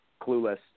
clueless